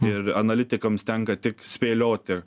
ir analitikams tenka tik spėlioti